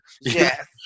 Yes